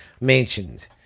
mentioned